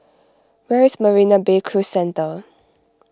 where is Marina Bay Cruise Centre